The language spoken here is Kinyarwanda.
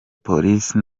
polisi